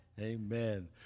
Amen